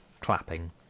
clapping